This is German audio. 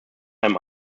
einem